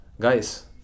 guys